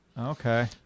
Okay